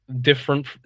different